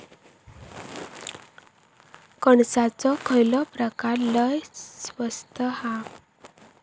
कणसाचो खयलो प्रकार लय स्वस्त हा?